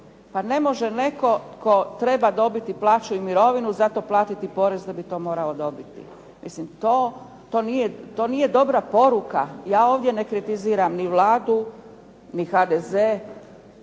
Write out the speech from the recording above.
Pa ne može netko tko treba dobiti plaću i mirovinu zato platiti porez da bi to morao dobiti. Mislim to nije dobra poruka. Ja ovdje ne kritiziram ni Vladu, ni HDZ.